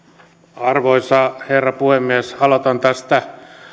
arvoisa herra puhemies aloitan tästä